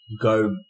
go